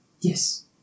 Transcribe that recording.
Yes